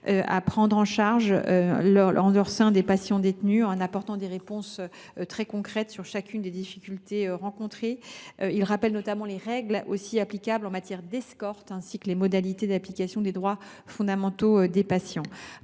à prendre en charge des patients détenus, en apportant des réponses concrètes à chacune des difficultés rencontrées. Il rappelle notamment les règles applicables en matière d’escorte, ainsi que les modalités d’application des droits fondamentaux des patients.